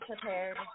prepared